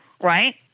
right